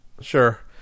sure